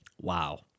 Wow